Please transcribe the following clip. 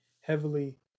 heavily